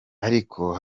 ariko